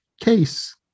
case